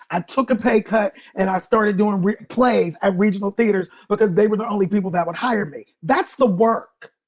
i took a pay cut and i started doing plays at regional theaters because they were the only people that would hire me. that's the work.